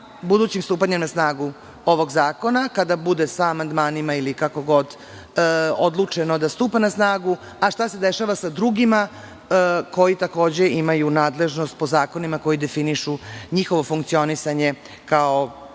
budućim stupanjem na snagu ovog zakona kada bude sa amandmanima, ili kako god, odlučeno da stupa na snagu, a šta se dešava sa drugima koji takođe imaju nadležnost po zakonima koji definišu njihovo funkcionisanje kao